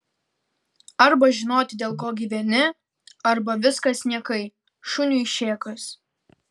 arba žinoti dėl ko gyveni arba viskas niekai šuniui šėkas